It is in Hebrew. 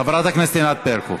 חברת הכנסת ענת ברקו.